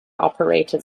operated